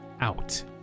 out